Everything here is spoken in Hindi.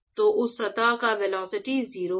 तो उस सतह का वेलोसिटी 0 है